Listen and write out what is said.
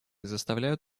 заставляют